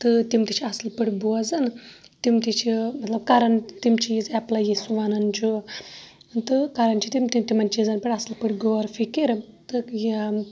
تہٕ تِم تہِ چھِ اَصل پٲٹھۍ بوزان تِم تہِ چھِ مَطلَب کَران تِم چیٖز ایٚپلاے یہِ سُہ وَنان چھُ تہٕ کَران چھِ تِم تِمَن چیٖزَن پیٹھ اَصل پٲٹھۍ غورٕ فکر تہٕ یہِ